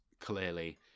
clearly